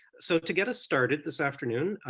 so to get us started this afternoon,